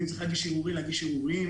ואם צריך להגיש ערעורים אז להגיש ערעורים